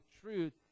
truth